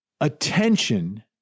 attention